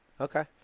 Okay